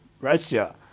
Russia